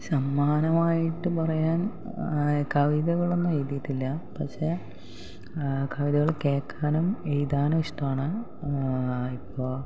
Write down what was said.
സമ്മാനമായിട്ട് പറയാൻ കവിതകളൊന്നും എഴുതിയിട്ടില്ല പക്ഷേ കവിതകൾ കേൾക്കാനും എഴുതാനും ഇഷ്ടമാണ് ഇപ്പോൾ